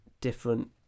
different